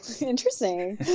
interesting